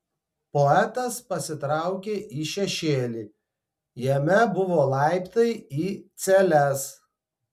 poetas pasitraukė į šešėlį jame buvo laiptai į celes